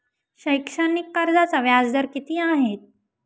शैक्षणिक कर्जाचा व्याजदर किती आहे?